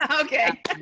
Okay